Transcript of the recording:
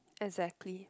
exactly